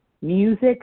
music